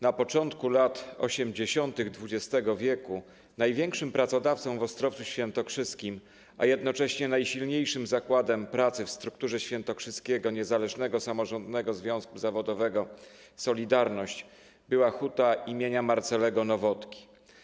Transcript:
Na początku lat 80. XX w. największym pracodawcą w Ostrowcu Świętokrzyskim, a jednocześnie najsilniejszym zakładem pracy w strukturze świętokrzyskiego Niezależnego Samorządnego Związku Zawodowego „Solidarność” była Huta im. Marcelego Nowotki.